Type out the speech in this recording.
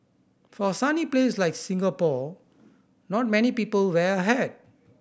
for a sunny place like Singapore not many people wear a hat